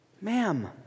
Ma'am